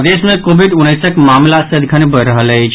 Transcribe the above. प्रदेश मे कोविड उनैसक मामिला सदिखन बढ़ि रहल अछि